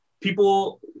people